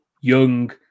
young